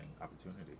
opportunity